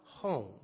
home